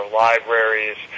libraries